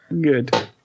Good